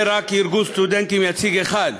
מוצע לקבוע כי בכל עת יהיה רק ארגון סטודנטים יציג אחד,